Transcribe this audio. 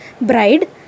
bride